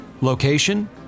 Location